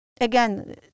Again